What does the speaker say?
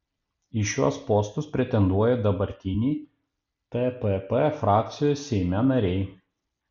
į šiuos postus pretenduoja dabartiniai tpp frakcijos seime nariai